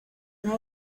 una